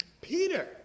Peter